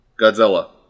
Godzilla